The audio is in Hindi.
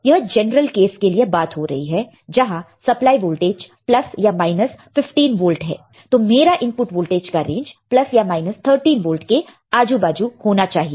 यह जनरल केस के लिए बात हो रही है जहां सप्लाई वोल्टेज प्लस या माइनस 15 वोल्ट है तो मेरा इनपुट वोल्टेज का रेंज प्लस या माइनस 13 वोल्ट के आजू बाजू होना चाहिए